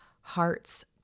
heart's